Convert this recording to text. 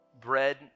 bread